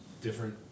different